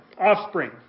Offspring